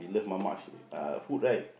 we love Mamak sh~ uh Mamak food right